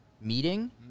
meeting